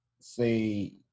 say